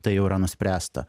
tai jau yra nuspręsta